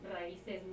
raíces